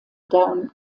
down